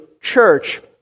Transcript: church